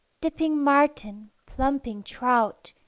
dipping marten, plumping trout,